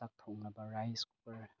ꯆꯥꯛ ꯊꯣꯡꯅꯕ rice cooker